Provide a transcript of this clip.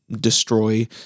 destroy